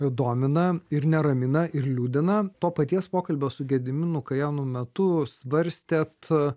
domina ir neramina ir liūdina to paties pokalbio su gediminu kajėnu metu svarstėt